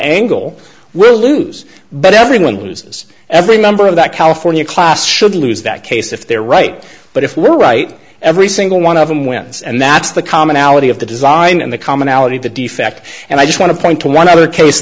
angle will lose but everyone loses every member of that california class should lose that case if they're right but if we're right every single one of them wins and that's the commonality of the design and the commonality of the defect and i just want to point to one other case